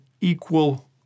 equal